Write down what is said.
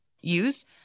use